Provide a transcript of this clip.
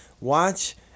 watch